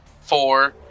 four